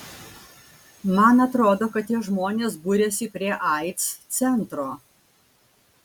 man atrodo kad tie žmonės buriasi prie aids centro